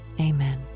amen